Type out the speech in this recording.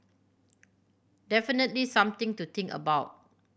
definitely something to think about